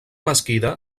mesquida